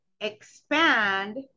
Expand